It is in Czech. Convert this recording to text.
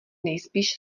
nejspíš